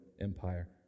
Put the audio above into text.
Empire